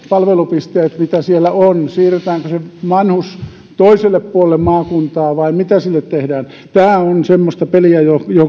palvelupisteet mitä siellä on siirretäänkö se vanhus toiselle puolelle maakuntaa vai mitä hänelle tehdään tämä on semmoista peliä johon